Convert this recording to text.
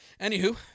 Anywho